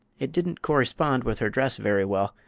it didn't correspond with her dress very well,